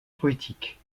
poétique